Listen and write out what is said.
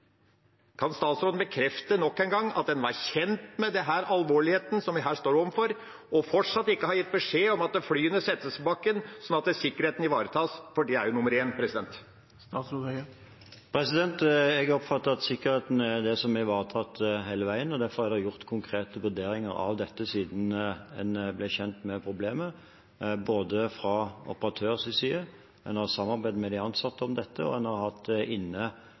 Kan statsråden bekrefte nok en gang at en var kjent med denne alvorligheten som vi her står overfor, og fortsatt ikke har gitt beskjed om at flyene settes på bakken, sånn at sikkerheten ivaretas? For det er nummer én. Jeg oppfatter at sikkerheten er ivaretatt hele veien. Derfor er det gjort konkrete vurderinger av dette siden en ble kjent med problemet – både fra operatørens side, en har samarbeidet med de ansatte om det, og en har hatt inne leverandøren av flyene siden en ble kjent med det.